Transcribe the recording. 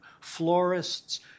florists